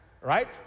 right